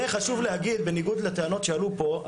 וחשוב להגיד בניגוד לטענות שעלו פה,